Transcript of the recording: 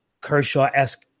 Kershaw-esque